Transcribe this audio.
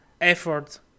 effort